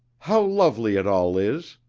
how lovely it all is!